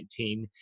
2019